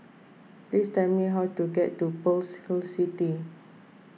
please tell me how to get to Pearl's Hill City